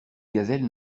gazelles